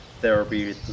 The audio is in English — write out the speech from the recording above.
therapy